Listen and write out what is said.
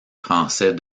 français